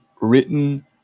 written